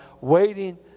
waiting